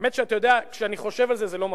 האמת, אתה יודע, כשאני חושב על זה, זה לא מפתיע.